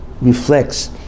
reflects